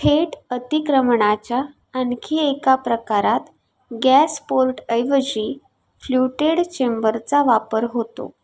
थेट अतिक्रमणाच्या आणखी एका प्रकारात गॅस पोर्टऐवजी फ्ल्युटेड चेंबरचा वापर होतो